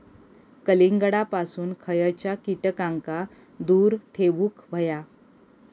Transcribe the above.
कलिंगडापासून खयच्या कीटकांका दूर ठेवूक व्हया?